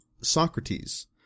Socrates